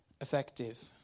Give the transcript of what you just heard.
effective